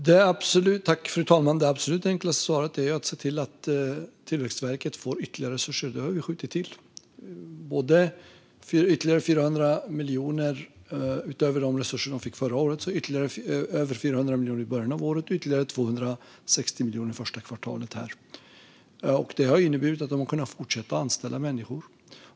Fru talman! Det absolut enklaste svaret är att vi ser till att Tillväxtverket får ytterligare resurser. Sådana har vi skjutit till - över 400 miljoner i början av året, utöver de resurser de fick förra året, och ytterligare 260 miljoner första kvartalet. Det har inneburit att de har kunnat fortsätta att anställa människor.